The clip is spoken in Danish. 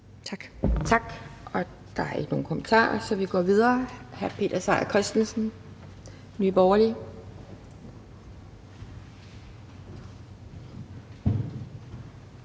Tak. Der er ikke nogen kommentarer, så vi går videre. Hr. Peter Seier Christensen, Nye Borgerlige.